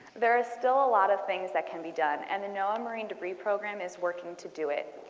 there's still a lot of things that can be done and the noaa um i mean debris program is working to do it.